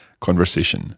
conversation